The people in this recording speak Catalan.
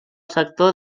sector